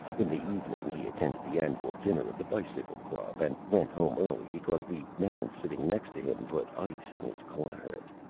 in the evening he attended the annual dinner of the bicycle club, and went home early because the man sitting next to him put ice in his claret.